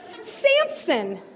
Samson